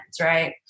Right